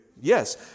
Yes